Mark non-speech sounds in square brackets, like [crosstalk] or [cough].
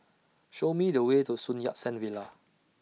Show Me The Way to Sun Yat Sen Villa [noise]